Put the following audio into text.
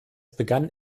begann